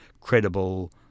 credible